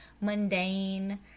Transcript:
mundane